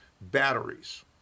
batteries